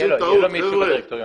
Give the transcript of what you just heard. אתם עושים טעות, חבר'ה.